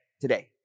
Today